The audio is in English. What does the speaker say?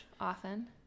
often